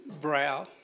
brow